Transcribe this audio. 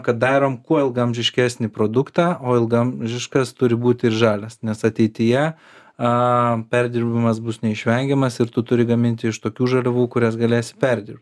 kad darom kuo ilgaamžiškesnį produktą o ilgaamžiškas turi būti ir žalias nes ateityje a perdirbimas bus neišvengiamas ir tu turi gaminti iš tokių žaliavų kurias galėsi perdirbt